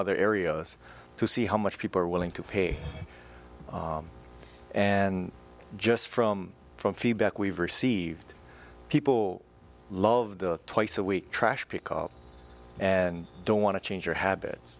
other areas to see how much people are willing to pay and just from from feedback we've received people love the twice a week trash pick and don't want to change your habits